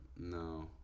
no